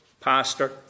pastor